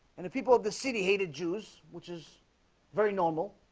and the people of the city hated jews, which is very normal